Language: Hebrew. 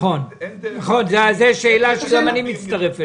זאת שאלה שגם אני מצטרף אליה.